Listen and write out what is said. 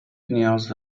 نیاز